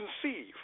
conceive